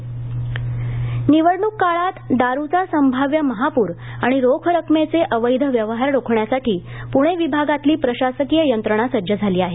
निवडणक नाकाबंदी निवडणूक काळात दारूचा संभाव्य महापूर आणि रोख रकमेचे अवैध व्यवहार रोखण्यासाठी पुणे विभागातली प्रशासकीय यंत्रणा सज्ज झाली आहे